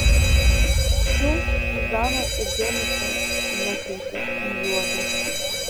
anksčiau zuzana ir dėmesio nekreipė į juodu